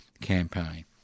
campaign